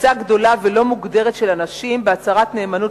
קבוצה גדולה ולא מוגדרת של אנשים בהצהרת נאמנות